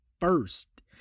first